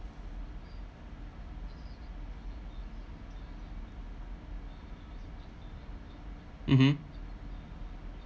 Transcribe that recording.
mmhmm